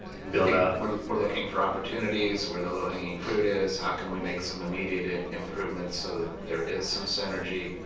build out what we're looking for opportunities where the low-hanging fruit is how can we make some immediate ah improvements so ah that there is some synergy.